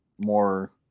more